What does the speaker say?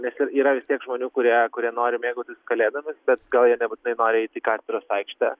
yra vis tiek žmonių kurie kurie nori mėgautis kalėdomis bet gal nebūtinai nori eiti į katedros aikštę